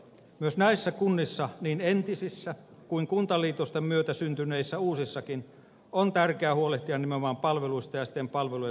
myös näissä kunnissa niin entisissä kuin kuntaliitosten myötä syntyneissä uusissakin on tärkeää huolehtia nimenomaan palveluista ja siten palveluja tukevista rakenteista